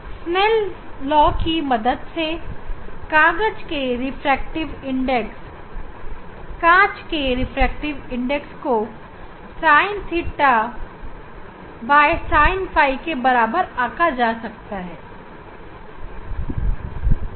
snail लाSnell's law की मदद से कांच के रिफ्रैक्टिव इंडेक्स को SinθSin ɸ के बराबर आंका जा सकते हैं